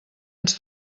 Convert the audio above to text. ens